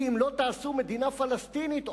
כי אם לא תעשו מדינה פלסטינית,